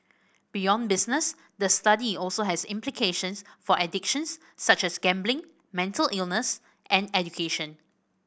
beyond business the study also has implications for addictions such as gambling mental illness and education